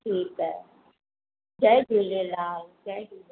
ठीकु आहे जय झूलेलाल जय झूलेलाल